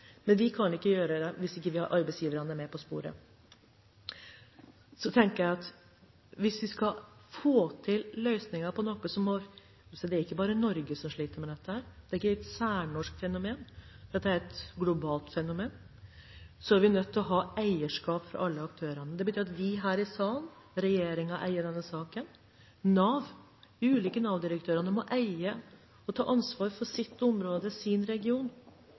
men vi kan ikke gjøre det hvis vi ikke har arbeidsgiverne med på laget. Hvis vi skal få til løsninger på noe ikke bare Norge sliter med – det er ikke et særnorsk fenomen, dette er et globalt fenomen – er vi nødt til å ha eierskap fra alle aktørene. Det betyr at vi her i salen og regjeringen eier denne saken, de ulike Nav-direktørene må eie og ta ansvar for sitt område, sin region.